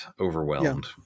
overwhelmed